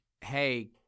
hey